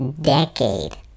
decade